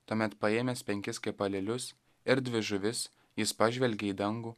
tuomet paėmęs penkis kepalėlius ir dvi žuvis jis pažvelgė į dangų